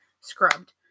scrubbed